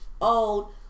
old